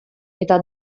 eta